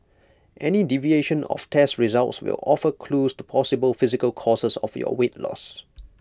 any deviation of test results will offer clues to possible physical causes of your weight loss